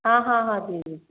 हाँ हाँ हाँ दे रही हूँ